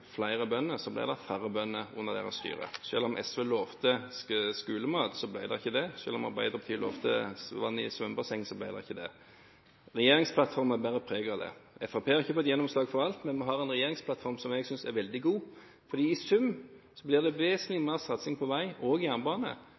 flere bønder, ble det færre bønder under deres styre. Selv om SV lovet skolemat, ble det ikke det. Selv om Arbeiderpartiet lovet vann i svømmebassengene, ble det ikke det. Regjeringsplattformen bærer preg av dette. Fremskrittspartiet har ikke fått gjennomslag for alt, men vi har en regjeringsplattform som jeg synes er veldig god, for i sum blir det vesentlig sterkere satsing på vei og jernbane,